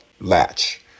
latch